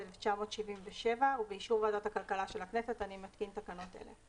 התשל"ז-1977 ובאישור ועדת הכלכלה של הכנסת אני מתקין תקנות אלה: